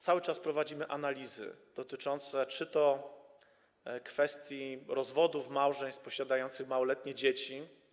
Cały czas prowadzimy analizy dotyczące kwestii rozwodów małżeństw posiadających małoletnie dzieci.